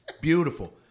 Beautiful